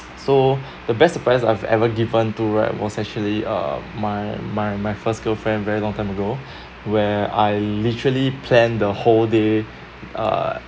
so the best surprise I've ever given to right was actually uh my my my first girlfriend very long time ago where I literally plan the whole day uh